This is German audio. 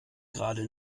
gerade